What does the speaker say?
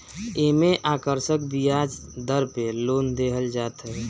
एमे आकर्षक बियाज दर पे लोन देहल जात हवे